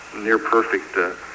near-perfect